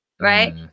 right